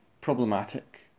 problematic